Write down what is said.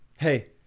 Hey